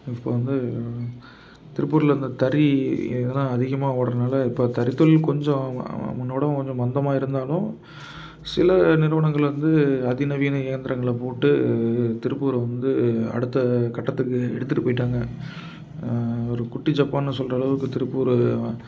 இப்போ வந்து திருப்பூரில் இந்த தறி இதெலாம் அதிகமாக ஓட்டுறனால இப்போ தறி தொழில் கொஞ்சம் முன்பை விட கொஞ்சம் மந்தமாக இருந்தாலும் சில நிறுவனங்கள்லேருந்து அதிநவீன இயந்திரங்களை போட்டு இது திருப்பூரை வந்து அடுத்த கட்டத்துக்கு எடுத்துகிட்டு போய்ட்டாங்க ஒரு குட்டி ஜப்பான்னு சொல்லுற அளவுக்கு திருப்பூர்